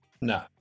No